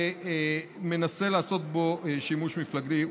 ומנסה לעשות בו שימוש מפלגתי.